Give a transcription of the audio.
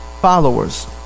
followers